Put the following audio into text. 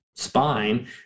spine